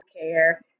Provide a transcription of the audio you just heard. care